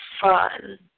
fun